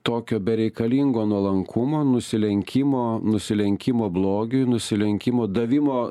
tokio bereikalingo nuolankumo nusilenkimo nusilenkimo blogiui nusilenkimo davimo